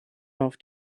auf